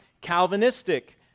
Calvinistic